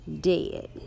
dead